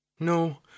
No